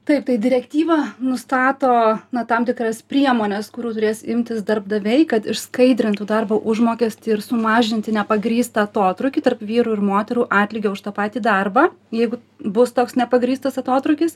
taip tai direktyva nustato tam tikras priemones kurių turės imtis darbdaviai kad išskaidrintų darbo užmokestį ir sumažinti nepagrįstą atotrūkį tarp vyrų ir moterų atlygio už tą patį darbą jeigu bus toks nepagrįstas atotrūkis